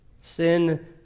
Sin